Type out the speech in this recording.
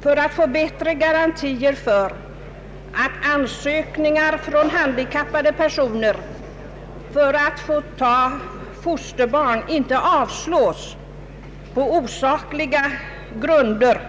För att få bättre garantier för att ansökningar från handikappade personer om att ta fosterbarn inte avslås på osakliga grunder